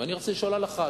ואני רוצה לשאול הלכה,